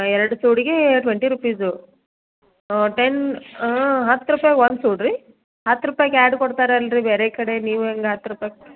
ಎರಡು ಸೂಡಿಗೆ twenty rupees ten ಹತ್ತು ರೂಪಾಯ್ಗೆ ಒಂದು ಸೂಡಾ ರೀ ಹತ್ತು ರೂಪಾಯ್ಗೆ ಎರಡು ಕೊಡ್ತಾರಲ್ರೀ ಬೇರೆ ಕಡೆ ನೀವು ಹೆಂಗ್ ಹತ್ತು ರೂಪಾಯಿ